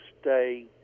stay